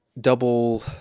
Double